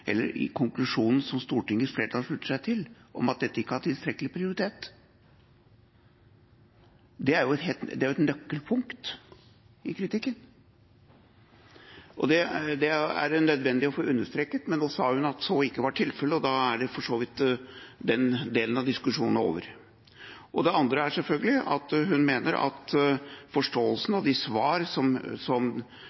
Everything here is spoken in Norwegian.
eller i konklusjonen som Stortingets flertall slutter seg til, om at dette ikke har hatt tilstrekkelig prioritet. Det er et nøkkelpunkt i kritikken. Det er det nødvendig å få understreket, men nå sa hun at så ikke var tilfelle, og da er for så vidt den delen av diskusjonen over. Det andre er selvfølgelig at hun mener at forståelsen